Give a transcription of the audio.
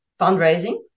fundraising